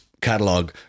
catalog